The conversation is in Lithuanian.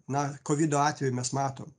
na kovido atveju mes matom